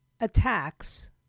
attacks